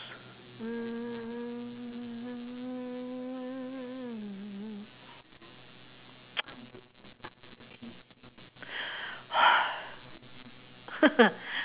uh